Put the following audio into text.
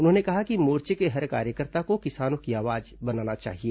उन्होंने कहा कि मोर्चे के हर कार्यकर्ता को किसानों की आवाज बनना चाहिए